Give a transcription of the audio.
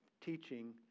teaching